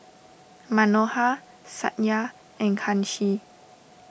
Manohar Satya and Kanshi